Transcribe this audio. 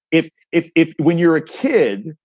if if if when you're a kid.